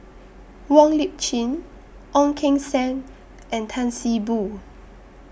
Wong Lip Chin Ong Keng Sen and Tan See Boo